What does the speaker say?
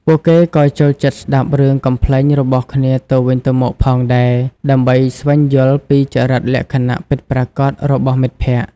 ពួកគេក៏ចូលចិត្តស្តាប់រឿងកំប្លែងរបស់គ្នាទៅវិញទៅមកផងដែរ ដើម្បីស្វែងយល់ពីចរិតលក្ខណៈពិតប្រាកដរបស់មិត្តភក្តិ។